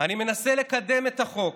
אני מנסה לקדם את החוק